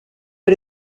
que